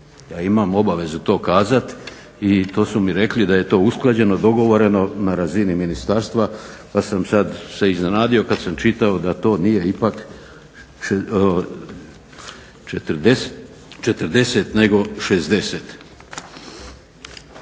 Ja imam obavezu to kazat i to su mi rekli da je to usklađeno, dogovoreno na razini ministarstva pa sam sad se iznenadio kad sam čitao da to nije ipak 40 nego 60.